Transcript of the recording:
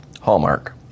hallmark